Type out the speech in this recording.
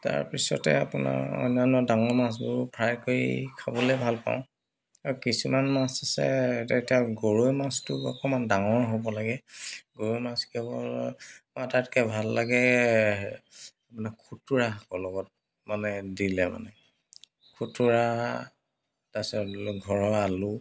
তাৰপাছতে আপোনাৰ অন্যান্য ডাঙৰ মাছবোৰ ফ্ৰাই কৰি খাবলৈ ভাল পাওঁ আৰু কিছুমান মাছ আছে এতিয়া গৰৈ মাছটো অকণমান ডাঙৰ হ'ব লাগে গৰৈ মাছ কেৱল মোৰ আটাইতকৈ ভাল লাগে আপোনাৰ খুতুৰা শাকৰ লগত মানে দিলে মানে খুতুৰা তাৰপিছত ঘৰৰ আলু